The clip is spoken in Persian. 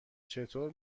چطور